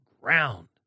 ground